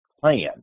plan